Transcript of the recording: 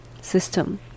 system